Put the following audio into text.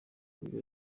nibwo